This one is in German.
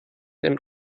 ein